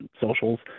socials